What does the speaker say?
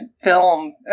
film